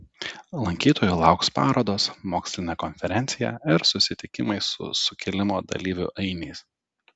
lankytojų lauks parodos mokslinė konferencija ir susitikimai su sukilimo dalyvių ainiais